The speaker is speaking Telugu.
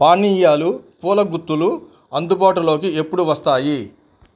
పానీయాలు పూలగుత్తులు అందుబాటులోకి ఎప్పుడు వస్తాయి